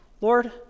Lord